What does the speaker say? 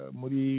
muri